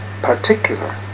particular